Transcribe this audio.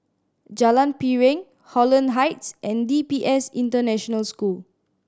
Jalan Piring Holland Heights and D P S International School